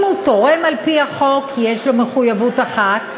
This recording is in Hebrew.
אם הוא תורם על-פי החוק, יש לו מחויבות אחת,